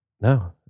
No